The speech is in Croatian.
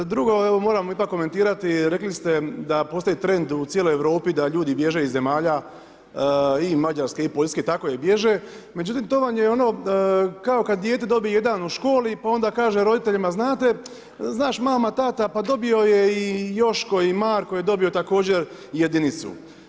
Drugo evo moram ipak komentirati, rekli ste da postoji trend u cijeloj Europi da ljudi bježe iz zemalja i Mađarske i Poljske, tako je bježe, međutim to vam je ono kao kad dijete dobije 1 u školi pa onda kaže roditeljima znate, znaš mama, tata pa dobio je i Joško i Marko je također dobio jedinicu.